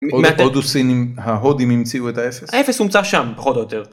‫ההודים המציאו את האפס ‫-האפס הומצא שם, פחות או יותר.